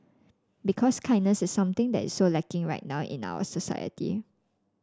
because kindness is something that is so lacking right now in our society